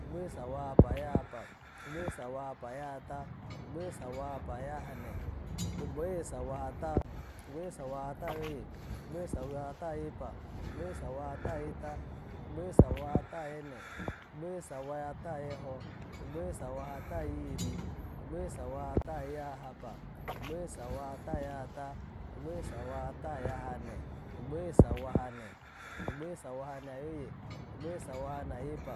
Gbogbo oye sawahapa ayahapa, gbogbo oye sawahapa ayahata, gbogbo oye sawahapa ayahane, gbogbo oye sawahata, gbogbo oye sawahata ayoye, gbogbo oye sawahata ayepa, gbogbo oye sawahata ayeta, gbogbo oye sawahata ayene, gbogbo oye sawahata ayeho, gbogbo oye sawahata ayihiri, gbogbo oye sawahata ayahapa, gbogbo oye sawahata ayahata, gbogbo oye sawahata ayahane, gbogbo oye sawahane, gbogbo oye sawahane ayoye, gbogbo oye sawahane ayepa,